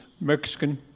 Mexican